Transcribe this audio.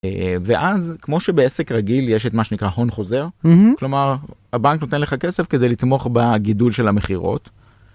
ואז כמו שבעסק רגיל יש את מה שנקרא הון חוזר כלומר הבנק נותן לך כסף כדי לתמוך בגידול של המחירות.